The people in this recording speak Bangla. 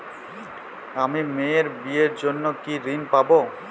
আমি মেয়ের বিয়ের জন্য কি ঋণ পাবো?